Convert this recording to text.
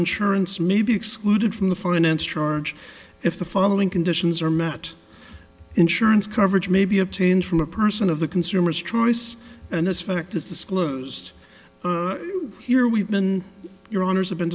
insurance may be excluded from the finance charge if the following conditions are met insurance coverage may be obtained from a person of the consumer's troy's and this fact is disclosed here we've been your honour's have been